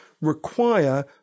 require